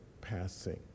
passing